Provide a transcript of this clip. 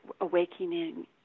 awakening